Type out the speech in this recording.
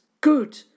good